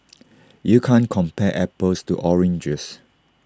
you can't compare apples to oranges